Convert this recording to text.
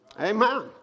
Amen